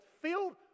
filled